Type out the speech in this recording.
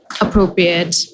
appropriate